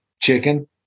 chicken